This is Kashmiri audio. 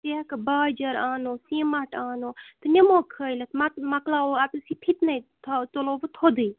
سٮ۪کھ باجَر آنو سیٖمَٹ آنو تہٕ نِمو کھٲلِتھ مَک مَکلاوَو اَتَس یہِ فِتنَے تھاوَو تُلُو وۄنۍ تھوٚدٕے